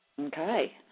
Okay